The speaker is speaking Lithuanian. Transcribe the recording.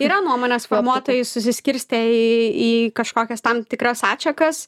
yra nuomonės formuotojai susiskirstę į į kažkokias tam tikras atšakas